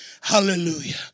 Hallelujah